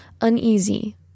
uneasy